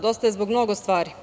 Dosta je zbog mnogo stvari.